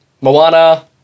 Moana